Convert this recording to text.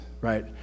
right